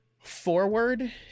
forward